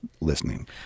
listening